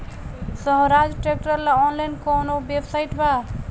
सोहराज tractor ला online कोउन website बा?